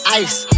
ice